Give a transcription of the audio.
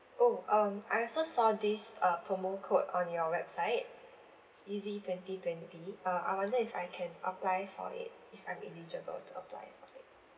oh um I also saw this uh promo code on your website easy twenty twenty uh I wonder if I can apply for it if I'm eligible to apply for it